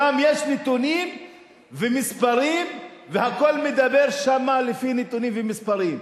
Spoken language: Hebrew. שם יש נתונים ומספרים והכול מדבר שם לפי נתונים ומספרים,